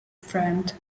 friend